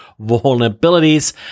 vulnerabilities